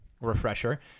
refresher